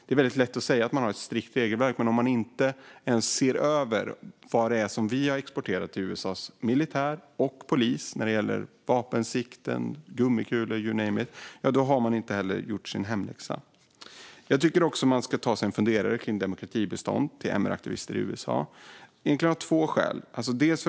Det är väldigt lätt att säga att man har ett strikt regelverk, men om man inte ens ser över vad det är vi har exporterat till USA:s militär och polis - vapensikten, gummikulor, you name it - har man inte heller gjort sin hemläxa. Jag tycker också att man ska ta sig en funderare när det gäller demokratibistånd till MR-aktivister i USA.